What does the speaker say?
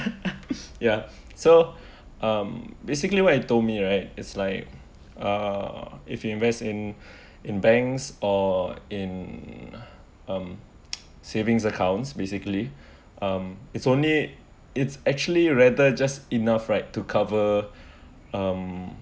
ya so um basically what you told me right it's like uh if you invest in in banks or in um savings accounts basically um it's only it's actually rather just enough right to cover um